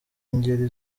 ngeri